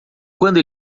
quando